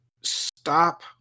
stop